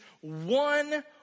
one